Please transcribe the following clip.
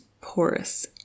porous